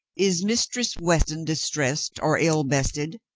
is mistress weston distressed or ill bested?